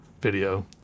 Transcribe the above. video